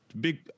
big